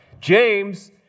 James